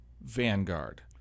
Vanguard